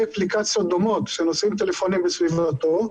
אפליקציות דומות שנושאים טלפונים בסביבתו,